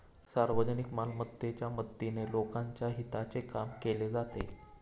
सार्वजनिक मालमत्तेच्या मदतीने लोकांच्या हिताचे काम केले जाते